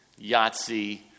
Yahtzee